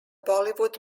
bollywood